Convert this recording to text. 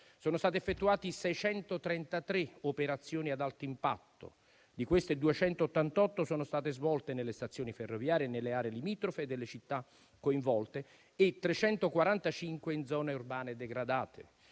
Sono state effettuate 633 operazioni ad alto impatto; di queste, 288 sono state svolte nelle stazioni ferroviarie e nelle aree limitrofe delle città coinvolte e 345 in zone urbane degradate.